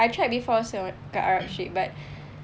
I tried before also kat arab street but